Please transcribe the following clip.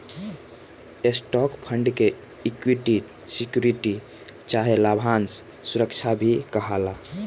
stock fund के equity security चाहे लाभांश सुरक्षा भी कहाला